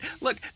Look